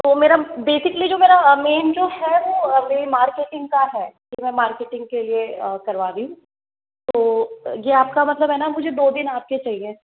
वो मेरा बेसिकली जो मेरा मेन जो है वो मेरे मार्केटिंग का है कि मैं मार्केटिंग के लिए करवा रही हूँ तो ये आप का मतलब है ना मुझे दो दिन आपके चाहिए